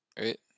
right